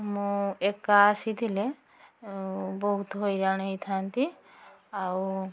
ମୁଁ ଏକା ଆସିଥିଲେ ବହୁତ ହଇରାଣ ହୋଇଥାନ୍ତି ଆଉ